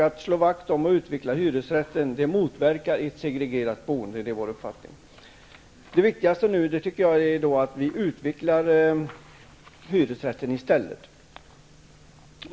Att slå vakt om och utveckla hyresrätten motverkar ett segregerat boende -- det är vår uppfattning. Det viktigaste nu är att vi i stället utvecklar hyresrätten.